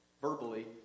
verbally